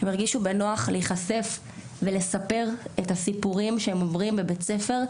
הם הרגישו בנוח להיחשף ולספר את הסיפורים שהם עוברים בבית ספר,